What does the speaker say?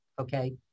okay